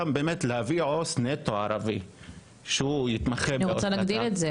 להביא עו"ס ערבי שהוא יתמחה ב --- אני רוצה להגדיל את זה.